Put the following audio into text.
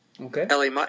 Okay